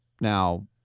Now